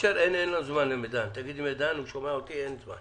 אין זמן למידן, הוא שומע אותי, אין זמן